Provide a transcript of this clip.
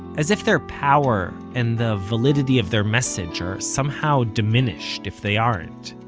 as if their power and the validity of their message are somehow diminished if they aren't.